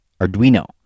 Arduino